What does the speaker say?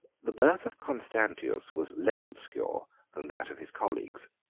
the birth of constantius was less obscure than that of his colleagues.